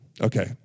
okay